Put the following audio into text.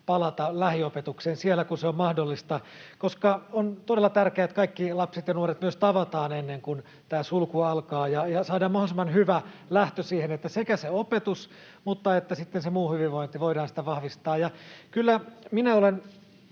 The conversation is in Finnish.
palata lähiopetukseen siellä, missä se on mahdollista, koska on todella tärkeää, että kaikki lapset ja nuoret myös tavataan ennen kuin tämä sulku alkaa ja saadaan mahdollisimman hyvä lähtö siihen, että sekä sitä opetusta mutta myös sitten sitä muuta hyvinvointia voidaan vahvistaa.